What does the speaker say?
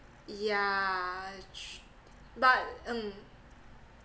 yeah tr~ but mm